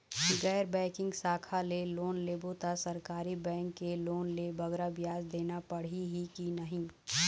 गैर बैंकिंग शाखा ले लोन लेबो ता सरकारी बैंक के लोन ले बगरा ब्याज देना पड़ही ही कि नहीं?